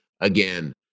again